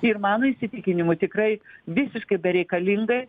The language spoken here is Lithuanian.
ir mano įsitikinimu tikrai visiškai bereikalingai